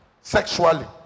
sexually